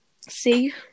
See